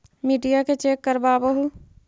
मिट्टीया के चेक करबाबहू?